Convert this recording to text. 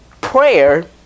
prayer